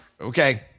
Okay